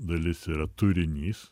dalis yra turinys